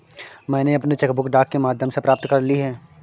मैनें अपनी cheque book डाक के माध्यम से प्राप्त कर ली है